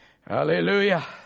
Hallelujah